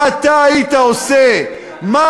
מה אתה היית עושה, שאל בני ונען.